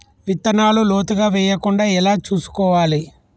విత్తనాలు లోతుగా వెయ్యకుండా ఎలా చూసుకోవాలి?